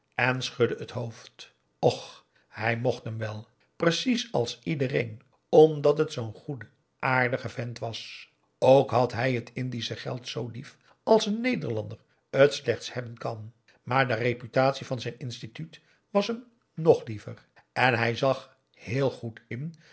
en schudde het hoofd och hij mocht hem wel precies als iedereen omdat het zoo'n goeie aardige vent was ook had hij het indische geld zoo lief als een nederlander het slechts hebben kan maar de reputatie van zijn instituut was hem ng liever en hij zag heel goed in